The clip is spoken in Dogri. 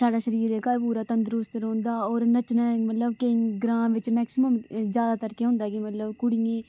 साढ़ा शरीर जेह्का ऐ एह् पूरा तंदरुस्त रौंह्दा और नच्चनै मतलब के ग्रांऽ बिच्च मैक्सिमम जैदातर केह् होंदा कि मतलब कुड़ियें गी